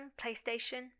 PlayStation